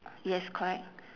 yes correct